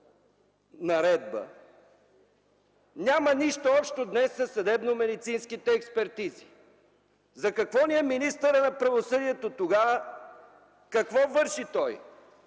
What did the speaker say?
няма нищо общо със съдебномедицинските експертизи. Защо ни е министърът на правосъдието тогава? Какво върши той?